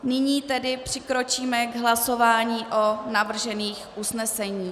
Nyní tedy přikročíme k hlasování o navržených usneseních.